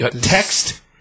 Text